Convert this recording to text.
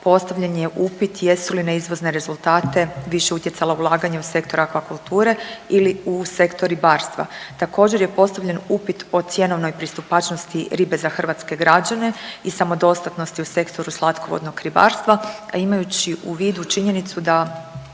Postavljen je upit jesu li na izvozne rezultate više utjecala ulaganja u sektora akvakulture ili u sektor ribarstva. Također je postavljen upit o cjenovnoj pristupačnosti ribe za hrvatske građane i samodostatnosti u sektoru slatkovodnog ribarstva, a imajući u vidu činjenicu da